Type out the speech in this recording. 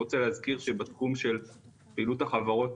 אני רוצה להזכיר שבתחום של פעילות החברות